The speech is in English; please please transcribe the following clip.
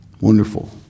Wonderful